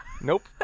Nope